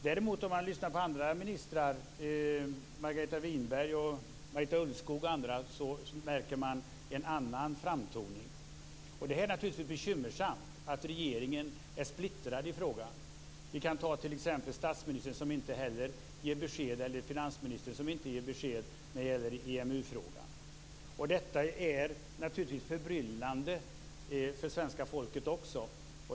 Däremot om man lyssnar på andra ministrar, Margareta Winberg, Marita Ulvskog och andra, märker man en annan framtoning. Det är naturligtvis bekymmersamt att regeringen är splittrad i frågan. Vi kan ta t.ex. statsministern eller finansministern som inte ger besked i EMU-frågan. Detta är förbryllande för svenska folket.